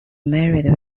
married